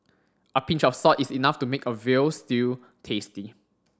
a pinch of salt is enough to make a veal stew tasty